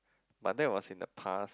but that was in the past